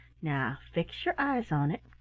now fix your eyes on it.